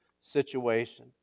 situation